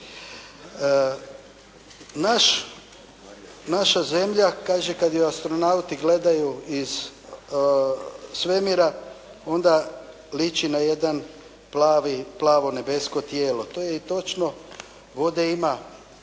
naša zemlja kaže kad je astronauti gledaju iz svemira onda liči na jedan plavi, plavo nebesko tijelo. To je i točno. Vode ima